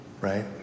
Right